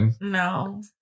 No